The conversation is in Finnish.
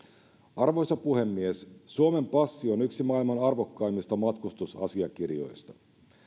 arvoisa puhemies suomen passi on yksi maailman arvokkaimmista matkustusasiakirjoista